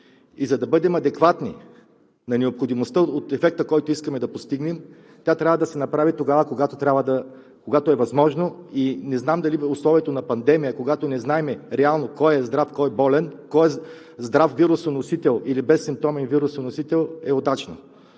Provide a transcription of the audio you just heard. За да бъдем адекватни на необходимостта от ефекта, който искаме да постигнем, тя трябва да се направи тогава, когато е възможно. Не знам дали е удачно в условията на пандемия, когато не знаем реално кой е здрав, кой е болен, кой е здрав вирусоносител или е без симптоми вирусоносител. Второ,